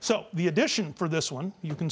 so the addition for this one you can